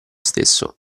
stesso